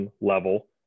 level